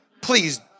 Please